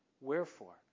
Wherefore